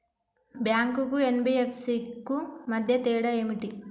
Bank కు NBFC కు మధ్య తేడా ఏమిటి?